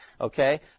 Okay